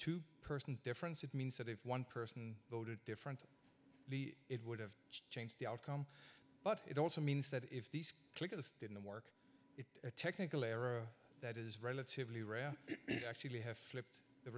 two person difference it means that if one person voted differently it would have changed the outcome but it also means that if these clickers didn't it a technical error that is relatively rare actually have flipped the